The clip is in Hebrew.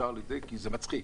זה מצחיק.